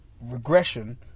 regression